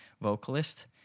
vocalist